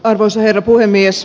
arvoisa herra puhemies